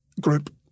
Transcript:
group